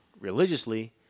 religiously